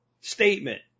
statement